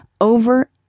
over